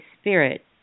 Spirit